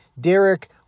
Derek